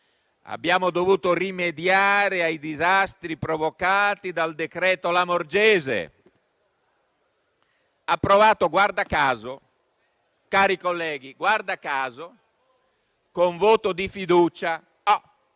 abbiamo dovuto rimediare ai disastri provocati dal decreto Lamorgese, approvato, guarda caso, cari colleghi, con voto di fiducia.